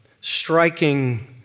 striking